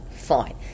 fine